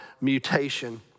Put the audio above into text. mutation